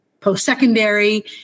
post-secondary